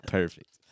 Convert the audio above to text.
Perfect